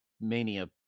mania